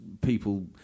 people